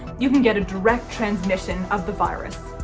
you can get a direct transmission of the virus.